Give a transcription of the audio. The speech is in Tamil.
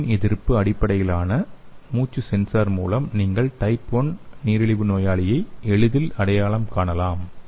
இந்த மின் எதிர்ப்பு அடிப்படையிலான மூச்சு சென்சார் மூலம் நீங்கள் டைப் 1 நீரிழிவு நோயாளியை எளிதில் அடையாளம் காணலாம்